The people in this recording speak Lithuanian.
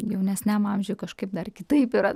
jaunesniam amžiui kažkaip dar kitaip yra